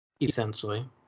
essentially